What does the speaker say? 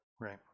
Right